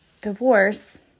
divorce